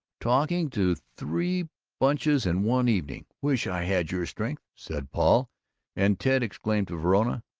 talking to three bunches in one evening. wish i had your strength, said paul and ted exclaimed to verona,